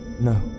No